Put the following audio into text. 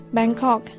Bangkok